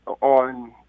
on